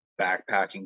backpacking